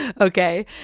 Okay